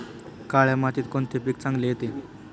काळ्या मातीत कोणते पीक चांगले येते?